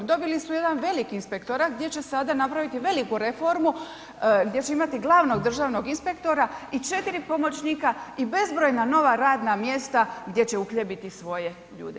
Dobili su jedan veliki inspektorat gdje će sada napraviti veliku reformu, gdje će imati glavnog državnog inspektora i 4 pomoćnika i bezbrojna radna mjesta gdje će uhljebiti svoje ljude.